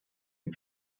ihm